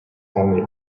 only